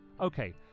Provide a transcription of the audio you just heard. Okay